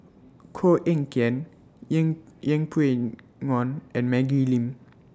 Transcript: Koh Eng Kian Yeng Yeng Pway Ngon and Maggie Lim